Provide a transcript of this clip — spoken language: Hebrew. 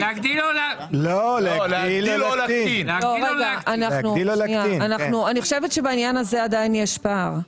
לא, רגע, אני חושבת שבעניין הזה עדיין יש פער.